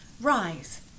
Rise